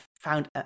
found